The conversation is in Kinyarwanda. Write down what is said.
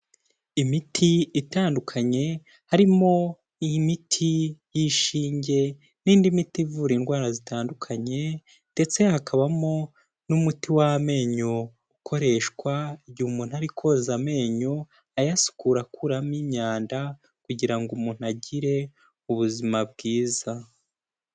Imiti itandukanye, harimo iyi miti y'ishinge n'indi miti ivura indwara zitandukanye ndetse hakabamo n'umuti w'amenyo ukoreshwa igihe umuntu ari koza amenyo, ayasukura akuramo imyanda kugira ngo umuntu agire ubuzima bwiza.